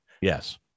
Yes